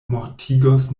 mortigos